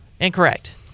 Incorrect